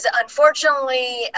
unfortunately